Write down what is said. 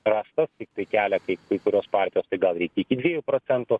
ir aš pats tiktai kelia kai kai kurios partijos tai gal reikia iki dviejų procentų